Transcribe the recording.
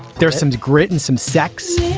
there's some grit and some sexy